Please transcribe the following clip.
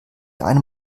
einem